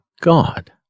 God